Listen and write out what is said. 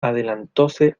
adelantóse